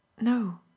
No